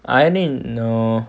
I didn't know